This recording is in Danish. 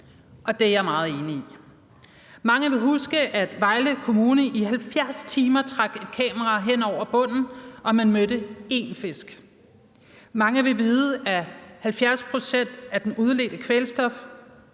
Og det er jeg meget enig i. Mange vil huske, at Vejle Kommune i 70 timer trak et kamera hen over bunden af fjorden, og man mødte én fisk. Mange vil vide, at 70 pct. af det udledte kvælstof